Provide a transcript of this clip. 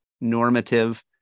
normative